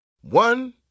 One